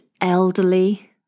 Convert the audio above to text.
elderly